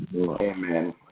Amen